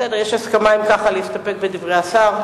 בסדר, יש הסכמה, אם כך, להסתפק בדברי השר.